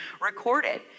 recorded